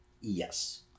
Yes